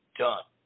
done